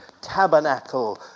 tabernacle